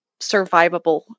survivable